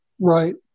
Right